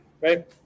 right